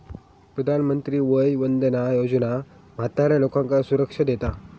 प्रधानमंत्री वय वंदना योजना म्हाताऱ्या लोकांका सुरक्षा देता